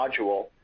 module